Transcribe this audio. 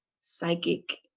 psychic